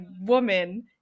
woman